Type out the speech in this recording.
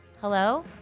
hello